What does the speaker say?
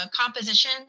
composition